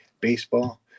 baseball